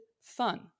fun